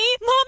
Mom